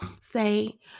say